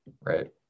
Right